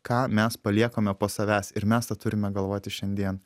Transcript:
ką mes paliekame po savęs ir mes tą turime galvoti šiandien